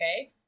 okay